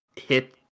hit